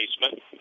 basement